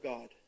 God